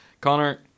Connor